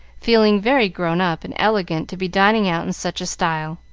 feeling very grown up and elegant to be dining out in such style.